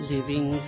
Living